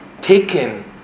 taken